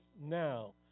now